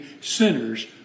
sinner's